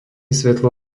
svetlo